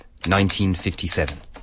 1957